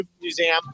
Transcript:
Museum